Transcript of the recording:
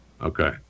Okay